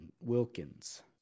Wilkins